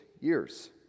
years